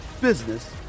business